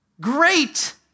great